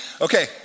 Okay